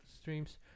streams